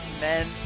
men